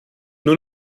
nur